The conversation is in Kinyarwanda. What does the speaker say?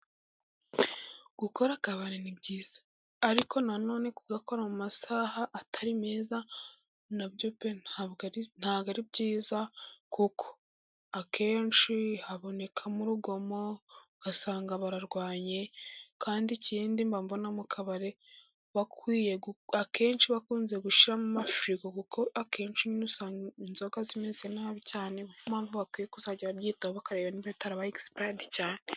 Gukora akabari ni byiza. Ariko na none kugakora mu masaha atari meza na byo pe, nta bwo ari byiza. Kuko akenshi habonekamo urugomo, ugasanga bararwanye. Kandi ikindi mba mbona mu kabare akenshi bakunze gushyiramo amafirigo, kuko akenshi nyine usanga inzoga zimeze nabi cyane. Niyo mpamvu bakwiye kuzajya babyitaho bakareba niba bitarabaye egisipayadi cyane.